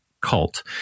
cult